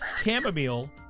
chamomile